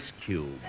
cube